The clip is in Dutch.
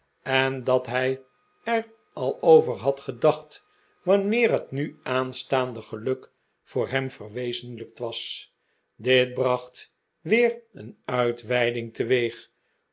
en dat hij er al over had gedacht wanneer het nu aanstaande geluk voor hem verwezenlijkt was dit bracht weer een uitweiding teweeg